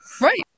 Right